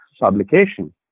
publication